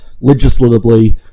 legislatively